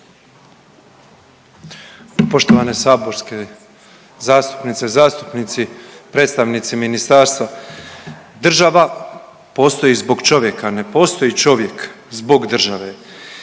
Poštovane saborske zastupnice i zastupnici i predstavnici ministarstva. Država postoji zbog čovjeka, ne postoji čovjek zbog države.